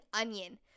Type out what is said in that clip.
onion